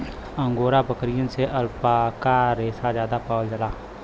angora बकरियन से alpaca रेसा जादा पावल जाला